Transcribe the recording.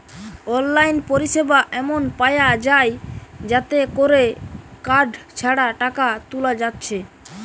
online পরিসেবা এমন পায়া যায় যাতে কোরে কার্ড ছাড়া টাকা তুলা যাচ্ছে